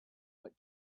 but